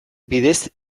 bidez